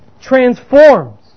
transforms